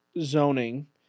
zoning